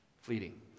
fleeting